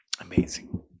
Amazing